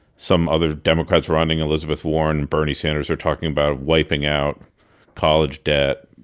some other democrats running elizabeth warren, bernie sanders are talking about wiping out college debt,